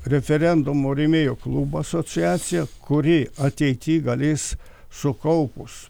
referendumo rėmėjų klubą asociaciją kuri ateity galės sukaupus